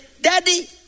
daddy